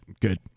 Good